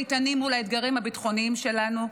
בשביל שנעמוד איתנים מול האתגרים הביטחוניים שלנו.